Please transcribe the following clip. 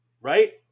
Right